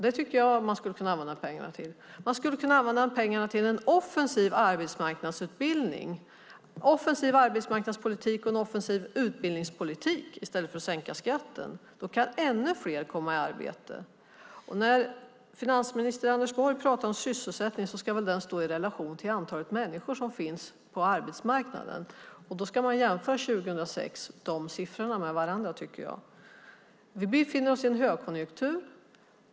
Det tycker jag att man skulle kunna använda pengarna till. Man skulle använda pengarna till en offensiv arbetsmarknadsutbildning, en offensiv arbetsmarknadspolitik och en offensiv utbildningspolitik i stället för att sänka skatten. Då kan ännu fler komma i arbete. När finansminister Anders Borg pratar om sysselsättning ska den väl stå i relation till det antal människor som finns på arbetsmarknaden. Då ska man jämföra dessa siffror med varandra, tycker jag. Vi befinner oss i en högkonjunktur.